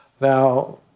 Now